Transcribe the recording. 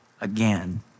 again